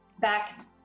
back